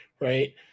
right